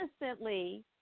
innocently –